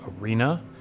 Arena